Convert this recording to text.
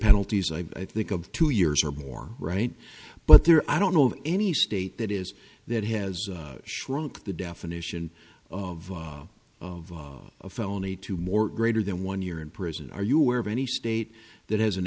penalties i think of two years or more right but there i don't know of any state that is that has shrunk the definition of a felony to more greater than one year in prison are you aware of any state that has an